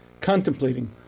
contemplating